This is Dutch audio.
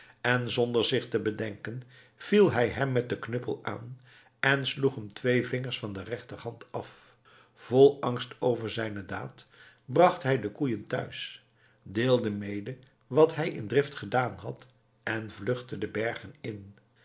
en zonder zich te bedenken viel hij hem met den knuppel aan en sloeg hem twee vingers van de rechterhand af vol angst over zijne daad bracht hij de koeien thuis deelde mede wat hij in drift gedaan had en vluchtte de bergen in